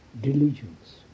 diligence